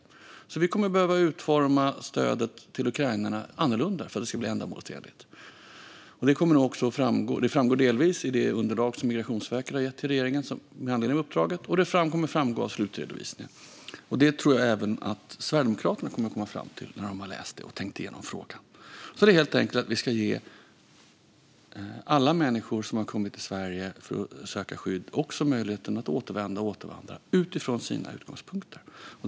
Vi kommer alltså att behöva utforma stödet till ukrainarna annorlunda för att det ska bli ändamålsenligt. Det framgår delvis i det underlag som Migrationsverket har gett till regeringen med anledning av uppdraget, och det kommer att framgå av slutredovisningen. Det tror jag att även Sverigedemokraterna kommer att komma fram till när de har läst igenom det och tänkt igenom frågan. Vi ska alltså helt enkelt ge alla människor som har kommit till Sverige för att söka skydd möjligheten att återvända och återvandra utifrån sina utgångspunkter.